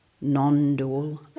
non-dual